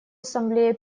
ассамблея